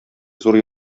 зур